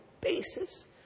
basis